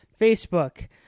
facebook